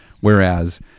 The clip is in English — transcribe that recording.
Whereas